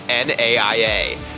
NAIA